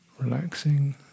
relaxing